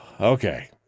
okay